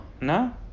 No